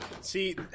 see